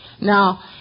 Now